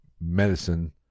medicine